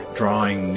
drawing